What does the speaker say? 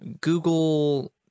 Google